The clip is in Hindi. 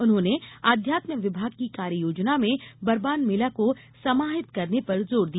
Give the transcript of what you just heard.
उन्होंने आध्यात्म विभाग की कार्य योजना में बरमान मेला को समाहित करने पर जोर दिया